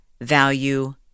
value